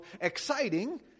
exciting